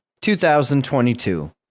2022